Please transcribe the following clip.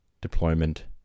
deployment